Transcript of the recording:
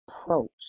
approach